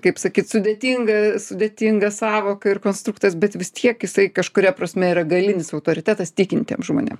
kaip sakyt sudėtinga sudėtinga sąvoka ir konstruktas bet vis tiek jisai kažkuria prasme yra galinis autoritetas tikintiem žmonėm